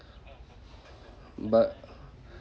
but